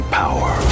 power